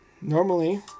normally